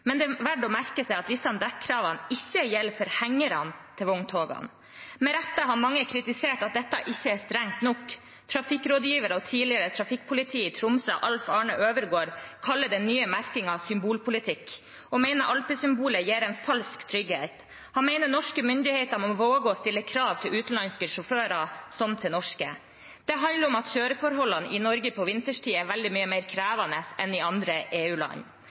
Men det er verdt å merke seg at disse dekkravene ikke gjelder for hengere til vogntog. Med rette har mange kritisert at dette ikke er strengt nok. Trafikkrådgiver og tidligere trafikkpoliti i Tromsø, Alf Arne Øvergård, kaller den nye merkingen symbolpolitikk, og mener alpesymbolet gir en falsk trygghet. Han mener norske myndigheter må våge å stille krav til utenlandske sjåfører, som til norske. Det handler om at kjøreforholdene i Norge på vinterstid er veldig mye mer krevende enn i andre EU-land. Er statsråden enig i at dekkravene til EU,